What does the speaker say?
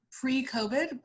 pre-COVID